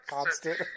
Constant